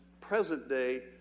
present-day